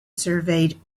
surveyed